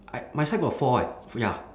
I my side got four eh ya